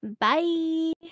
Bye